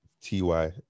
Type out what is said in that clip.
T-Y